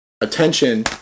attention